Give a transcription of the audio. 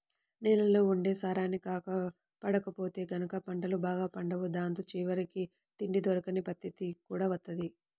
నేలల్లో ఉండే సారాన్ని కాపాడకపోతే గనక పంటలు బాగా పండవు దాంతో చివరికి తిండి దొరకని పరిత్తితి కూడా వత్తది